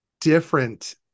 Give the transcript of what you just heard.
different